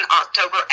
October